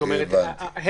הם